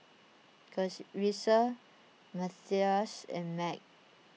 Casrisa Matthias and Meg